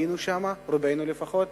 רובנו לפחות,